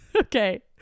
okay